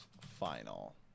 final